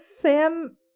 Sam